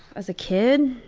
as a kid?